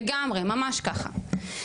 לגמרי, ממש ככה.